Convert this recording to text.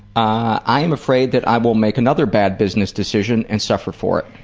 ah i am afraid that i will make another bad business decision and suffer for it.